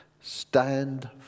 stand